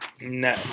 No